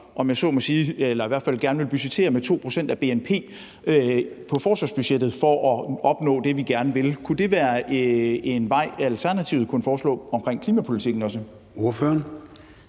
over til forsvarsområdet, hvor vi jo gerne vil budgettere med 2 pct. af bnp på forsvarsbudgettet for at opnå det, vi gerne vil. Kunne det være en vej, som Alternativet kunne foreslå omkring klimapolitikken?